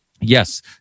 yes